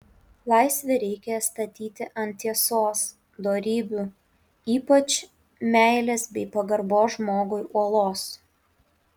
laisvę reikia statyti ant tiesos dorybių ypač meilės bei pagarbos žmogui uolos